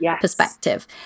perspective